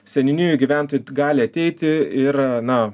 seniūnijų gyventojai gali ateiti ir na